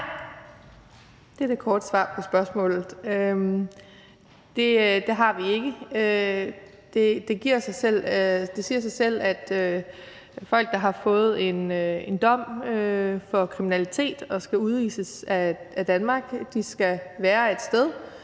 det er det korte svar på spørgsmålet – det har vi ikke. Det siger sig selv, at folk, der har fået en dom for kriminalitet og skal udvises af Danmark, skal være et sted